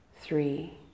Three